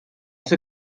ser